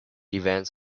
events